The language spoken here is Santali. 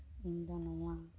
ᱤᱧᱫᱚ ᱱᱚᱣᱟ